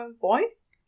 voice